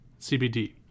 CBD